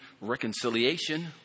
reconciliation